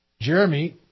Jeremy